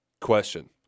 Question